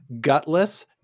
gutless